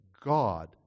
God